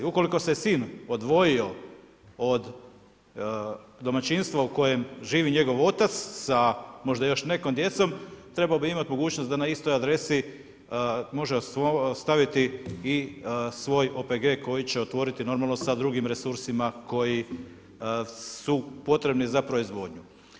Ukoliko se sin odvojio od domaćinstva u kojem živi njegov otac sa, možda još nekom djecom, trebao bi imati mogućnost da na istoj adresi može staviti i svoj OPG koji će otvoriti normalno sa drugim resursima koji su potrebni za proizvodnju.